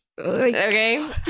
okay